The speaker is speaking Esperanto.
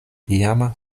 iama